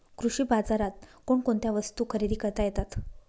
कृषी बाजारात कोणकोणत्या वस्तू खरेदी करता येतात